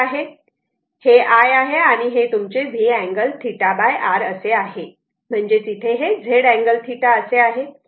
हे i आहे आणि हे तुमचे V अँगल θ R असे आहे म्हणजेच इथे हे Z अँगल θ असे आहे